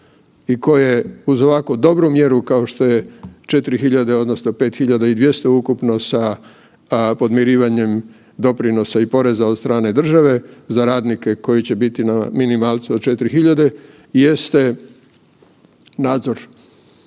i koje uz ovako dobru mjeru kao što je 4.000,00 odnosno 5.200,00 ukupno sa podmirivanjem doprinosa i poreza od strane države za radnike koji će biti na minimalcu od 4.000,00 jeste nadzor,